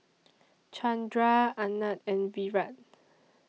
Chandra Anand and Virat